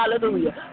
Hallelujah